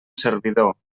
servidor